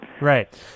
Right